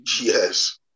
Yes